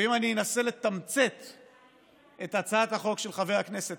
ואם אני אנסה לתמצת את הצעת החוק של חבר הכנסת